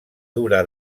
dura